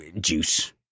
juice